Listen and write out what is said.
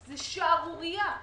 זו שערורייה.